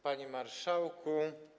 Panie Marszałku!